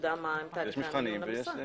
יידע מה הם תהליכי המיון למשרה.